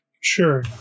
Sure